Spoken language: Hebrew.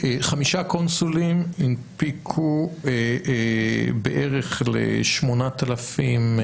חמישה קונסולים הנפיקו בערך ל-9,000?